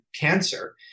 cancer